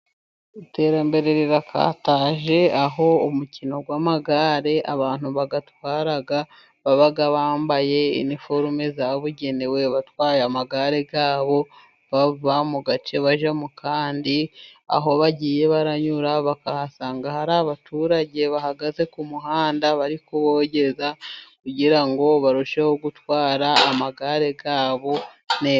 Iterambere rirakataje aho umukino w'amagare abantu bawutwara baba bambaye iniforume zabugenewe batwaye amagare yabo bava mu gace bajya mu kandi, aho bagiye banyura bakahasanga hari abaturage bahagaze ku muhanda bari kubogeza kugira ngo barusheho gutwara amagare yabo neza.